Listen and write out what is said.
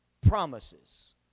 promises